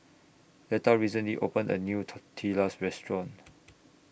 Letha recently opened A New Tortillas Restaurant